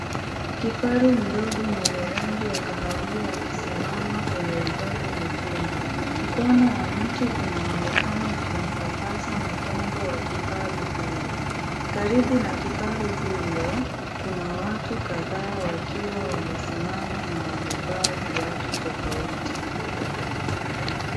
Kifaru mdogo mwenye rangi ya kahawia akisimama kwenye udongo mwekundu. Mkono wa mtu unaonekana ukimpapasa mgongo wa kifaru huyo. Karibu na kifaru huyo kuna watu kadhaa wakiwa wamesimama na wamevaa viatu tofauti.